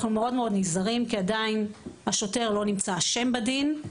מאוד נזהרים כי עדיין השוטר לא נמצא אשם בדין.